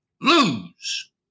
lose